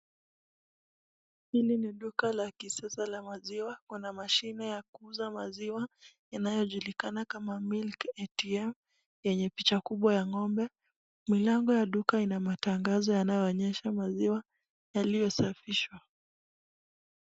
Hili ni duka la kisasa ya maziwa na ina mashine ya kuuza maziwa inayojulikana kama Milk ATM yenye picha kubwa ya ng'ombe. Mlango ya duka ina matangazo inayo onyesha maziwa iliyo safishwa.